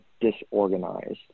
disorganized